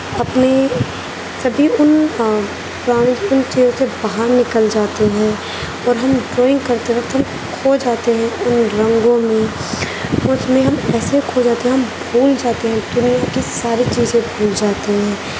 اپنے سبھی ان پرانے ان چیزوں سے باہر نکل جاتے ہیں اور ہم ڈرائنگ کرتے وقت ہم کھو جاتے ہیں ان رنگوں میں اس میں ہم ایسے کھو جاتے ہیں ہم بھول جاتے ہیں کہ میں یہاں کی ساری چیزیں بھول جاتے ہیں